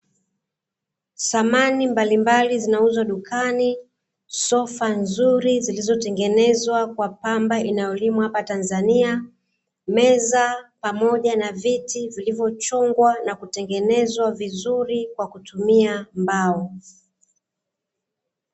Samani mbalimbali zinauzwa dukani sofa nzuri zilizotengenezwa kwa pamba inayolimwa hapa tanzania, meza pamoja na viti vilivyochongwa na kutengenezwa vizuri kwa kutumia mbao.